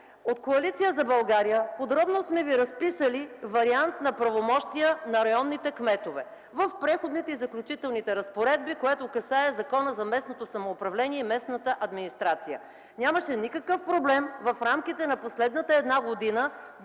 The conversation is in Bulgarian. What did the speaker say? От Коалиция за България подробно сме ви разписали вариант на правомощия на районните кметове в Преходните и заключителните разпоредби, което касае Закона за местното самоуправление и местната администрация. Нямаше никакъв проблем в рамките на последната една година